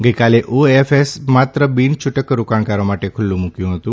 ગઇકાલે ઓએફએસ માત્ર બિન છુટક રોકાણકારો માટે ખુલ્લુ મુકયું હતું